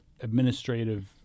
administrative